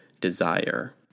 desire